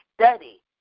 study